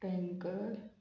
tanker